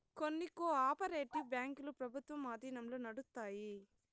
కొన్ని cooperative బ్యాంకులు ప్రభుత్వం ఆధీనంలో నడుత్తాయి